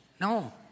no